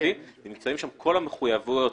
נמצאות שם כל המחויבויות,